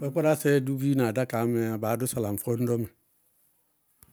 Kpápkárásɛɛ dʋ biina adákaá mɛɛ'yá, baá dʋ salafɔñdɔsɛ mɛ.